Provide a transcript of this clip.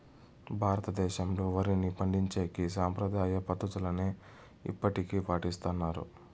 భారతదేశంలో, వరిని పండించేకి సాంప్రదాయ పద్ధతులనే ఇప్పటికీ పాటిస్తన్నారు